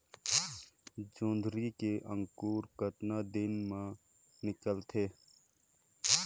जोंदरी के अंकुर कतना दिन मां निकलथे?